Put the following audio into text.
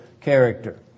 character